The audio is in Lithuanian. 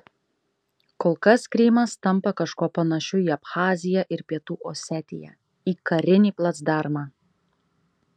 kol kas krymas tampa kažkuo panašiu į abchaziją ir pietų osetiją į karinį placdarmą